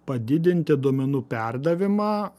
padidinti duomenų perdavimą